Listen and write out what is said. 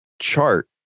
chart